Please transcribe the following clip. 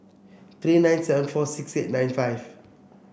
three nine seven four six eight nine five